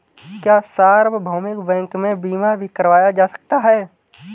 क्या सार्वभौमिक बैंक में बीमा भी करवाया जा सकता है?